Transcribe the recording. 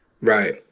Right